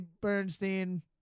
Bernstein